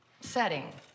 setting